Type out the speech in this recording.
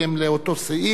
אתה יכול.